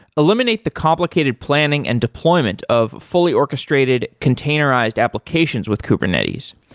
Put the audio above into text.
eliminate the complicated planning and deployment of fully orchestrated containerized applications with kubernetes.